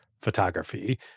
photography